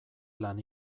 lan